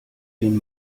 den